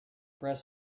press